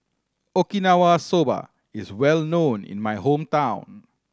Okinawa Soba is well known in my hometown